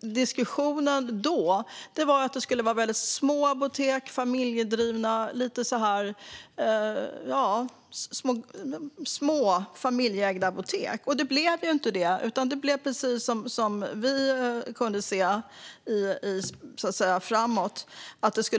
Diskussionen före reformen handlade om att det skulle vara små och familjeägda apotek. Men det blev inte det, utan det blev precis som vi förutspådde,